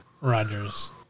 Rogers